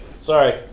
Sorry